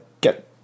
get